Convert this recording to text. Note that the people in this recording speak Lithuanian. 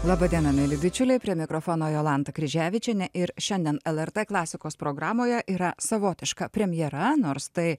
laba diena mieli bičiuliai prie mikrofono jolanta kryževičienė ir šiandien lrt klasikos programoje yra savotiška premjera nors tai